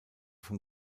vom